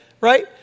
right